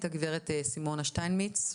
גב' סימונה שטינמיץ,